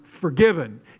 forgiven